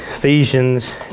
Ephesians